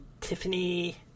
Tiffany